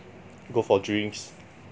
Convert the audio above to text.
go for drinks